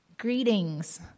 Greetings